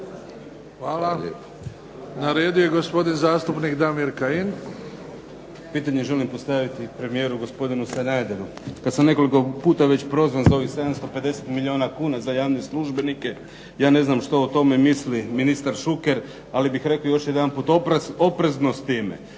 Hvala. Na redu je gospodin zastupnik Damir Kajin. **Kajin, Damir (IDS)** Pitanje želim postaviti premijeru gospodinu Sanaderu. Kad sam nekoliko puta već prozvan za ovih 750 milijuna kuna za javne službenike ja ne znam što o tome misli ministar Šuker ali bih rekao još jedanput oprezno s time.